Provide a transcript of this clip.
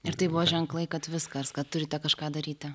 ir tai buvo ženklai kad viskas kad turite kažką daryti